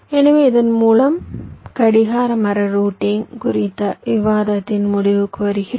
எனவே இதன் மூலம் கடிகார மர ரூட்டிங் குறித்த விவாதத்தின் முடிவுக்கு வருகிறோம்